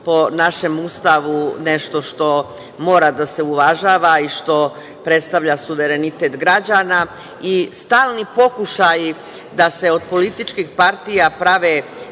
po našem Ustavu, nešto što mora da se uvažava i što predstavlja suverenitet građana i stalni pokušaji da se od političkih partija prave